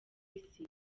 isi